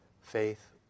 Faith